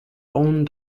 own